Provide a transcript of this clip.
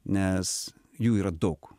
nes jų yra daug